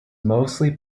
mostly